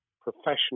professional